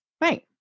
Right